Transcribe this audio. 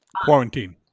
quarantine